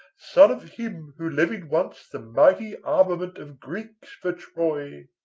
son of him who levied once the mighty armament of greeks for troy.